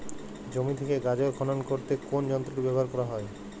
জমি থেকে গাজর খনন করতে কোন যন্ত্রটি ব্যবহার করা হয়?